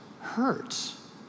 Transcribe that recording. hurts